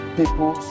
people